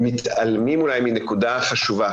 מתעלמים אולי מנקודה חשובה.